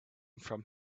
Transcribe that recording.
from